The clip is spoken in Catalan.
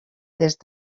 test